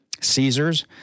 Caesars